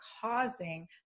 causing